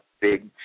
big